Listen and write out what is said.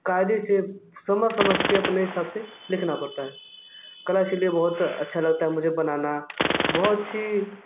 कायदे से समझ समझ के अपने हिसाब से लिखना पड़ता है कला इसी लिए मुझे बहुत अच्छा लगता है बनना बहुत सी